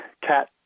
cat